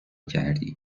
کردی